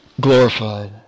glorified